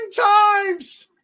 times